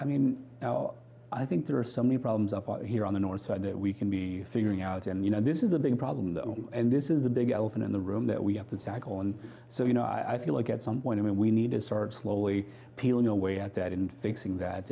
i mean i think there are so many problems up here on the north side that we can be figuring out and you know this is the big problem and this is the big elephant in the room that we have to tackle and so you know i feel like at some point i mean we need to start slowly peeling away at that and fixing that